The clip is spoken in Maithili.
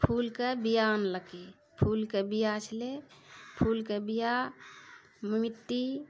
फूलके बीआ आनलकै फूलके बीआ छलै फूलके बीआ मिट्टी